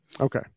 Okay